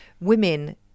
women